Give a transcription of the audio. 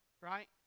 Right